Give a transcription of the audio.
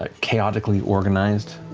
ah chaotically organized,